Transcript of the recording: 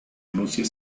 rusia